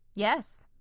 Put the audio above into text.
yes.